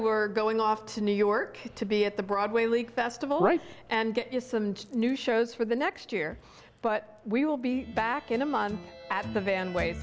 were going off to new york to be at the broadway league festival right and get you some new shows for the next year but we will be back in a month at the van ways